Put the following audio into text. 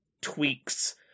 tweaks